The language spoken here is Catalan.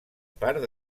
part